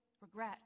regret